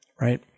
right